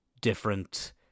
different